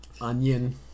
Onion